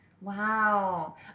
Wow